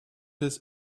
his